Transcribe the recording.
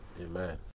amen